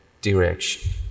direction